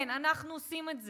כן, אנחנו עושים את זה.